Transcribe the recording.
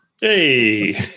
hey